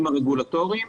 הרגולטוריים.